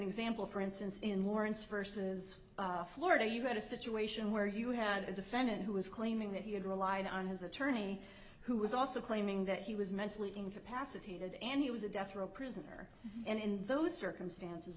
example for instance in lawrence versus florida you had a situation where you had a defendant who was claiming that he had relied on his attorney who was also claiming that he was mentally incapacitated and he was a death row prisoner and in those circumstances